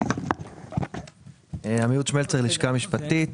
הלשכה המשפטית,